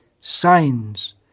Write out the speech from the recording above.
signs